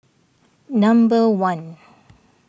number one